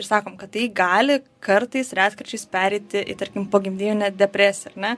ir sakom kad tai gali kartais retkarčiais pereiti į tarkim pogimdyvinę depresiją ar ne